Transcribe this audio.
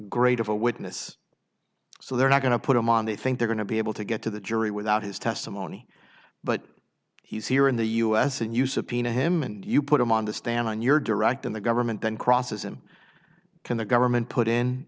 great of a witness so they're not going to put him on they think they're going to be able to get to the jury without his testimony but he's here in the u s and you subpoena him and you put him on the stand on your direct in the government then crosses him can the government put in